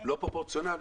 לא פרופורציונליים.